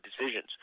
decisions